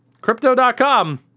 crypto.com